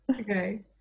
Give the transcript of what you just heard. okay